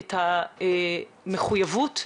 את המחויבות,